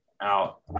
out